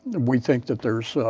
we think that there is